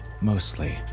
mostly